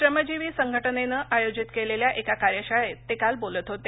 श्रमजीवी संघटनेनं आयोजित केलेल्या एका कार्यशाळेत ते काल बोलत होते